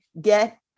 get